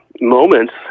moments